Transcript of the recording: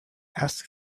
ask